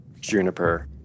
Juniper